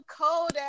cold